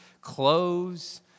clothes